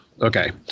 Okay